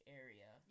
area